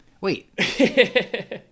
wait